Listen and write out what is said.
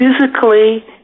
physically